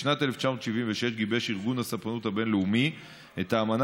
בשנת 1976 גיבש ארגון הספנות הבין-לאומי את האמנה